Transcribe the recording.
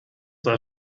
war